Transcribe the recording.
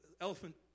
elephant